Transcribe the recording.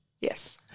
Yes